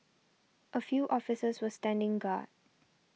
a few officers were standing guard